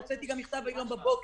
הוצאתי גם מכתב היום בבוקר.